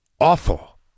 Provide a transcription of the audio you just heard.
awful